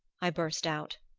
i burst out.